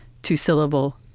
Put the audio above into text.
Two-syllable